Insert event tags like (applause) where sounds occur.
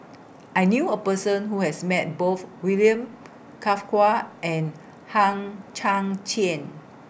I knew A Person Who has Met Both William (unintelligible) and Hang Chang Chieh